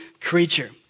creature